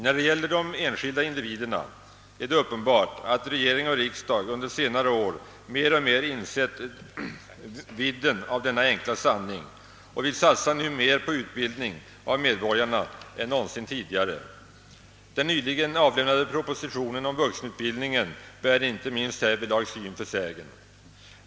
När det gäller de enskilda individerna är det uppenbart att regering och riksdag under senare år mer och mer har insett vidden av denna enkla sanning. Vi satsar nu mer på utbildning av medborgarna än någonsin tidigare — den nyligen avlämnade propositionen om vuxenutbildningen bär härvidlag syn för sägen.